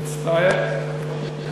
אברר את זה.